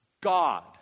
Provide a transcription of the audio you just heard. God